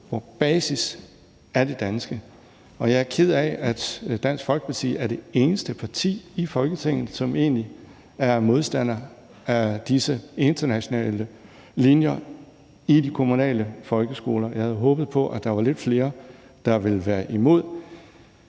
hvor basis er det danske. Jeg er ked af, at Dansk Folkeparti er det eneste parti i Folketinget, som egentlig er modstander af disse internationale linjer i de kommunale folkeskoler. Jeg havde håbet på, at der var lidt flere, der ville være imod.